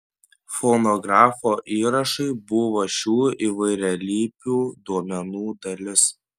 fonografo įrašai buvo šių įvairialypių duomenų dalis